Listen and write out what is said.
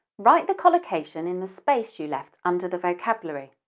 write the collocation in the space you left under the vocabulary.